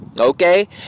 Okay